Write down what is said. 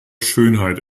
schönheit